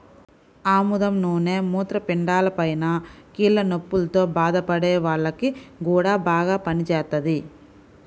ఆముదం నూనె మూత్రపిండాలపైన, కీళ్ల నొప్పుల్తో బాధపడే వాల్లకి గూడా బాగా పనిజేత్తది